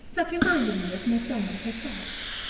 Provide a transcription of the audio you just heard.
that reminded me of miss emily herself.